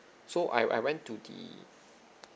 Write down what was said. so I I went to the